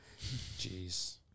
Jeez